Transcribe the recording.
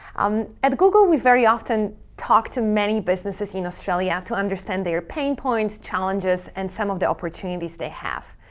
um at google, we very often talk to many businesses in australia to understand their pain points, challenges, and some of the opportunities they have.